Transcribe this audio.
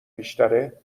بیشتره